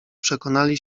przekonali